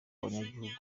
abanyagihugu